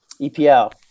EPL